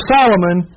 Solomon